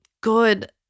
good